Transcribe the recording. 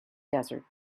desert